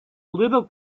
little